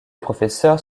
professeurs